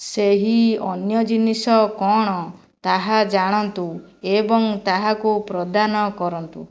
ସେହି ଅନ୍ୟ ଜିନିଷ କ'ଣ ତାହା ଜାଣନ୍ତୁ ଏବଂ ତାହାକୁ ପ୍ରଦାନ କରନ୍ତୁ